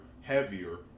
heavier